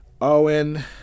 Owen